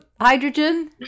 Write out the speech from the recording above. hydrogen